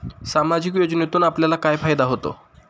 सामाजिक योजनेतून आपल्याला काय फायदा होतो?